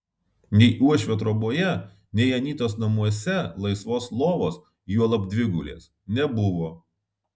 nei uošvio troboje nei anytos namuose laisvos lovos juolab dvigulės nebuvo